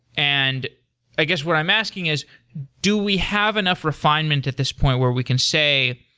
and i guess what i'm asking is do we have enough refinement at this point where we can say,